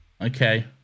Okay